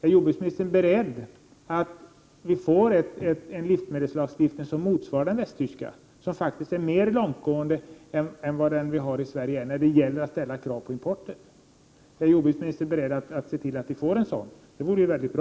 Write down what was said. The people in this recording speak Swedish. Är jordbruksministern beredd att medverka till en livsmedelslagstiftning som motsvarar den västtyska, som faktiskt är mer långtgående än den svenska när det gäller att ställa krav på importen? Det vore i så fall väldigt bra.